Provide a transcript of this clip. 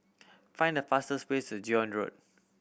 find the fastest way to Zion Road